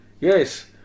Yes